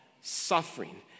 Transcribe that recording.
suffering